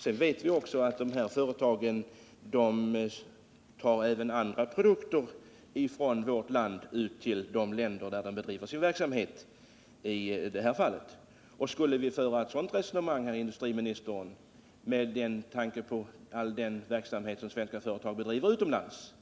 Sedan vet vi ju också att företag som bedriver verksamhet utomlands för med sig även andra produkter från vårt land till dessa länder. Och med tanke på all den verksamhet som svenska företag bedriver utomlands